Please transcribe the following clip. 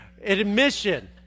admission